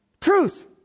truth